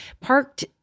parked